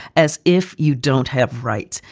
as if you don't have rights.